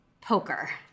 poker